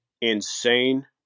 insane